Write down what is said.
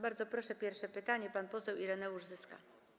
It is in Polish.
Bardzo proszę, pierwsze pytanie - pan poseł Ireneusz Zyska.